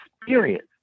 experience